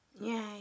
Yay